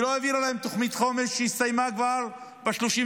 ולא העבירה להם תוכנית חומש שהסתיימה כבר ב-31